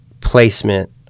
placement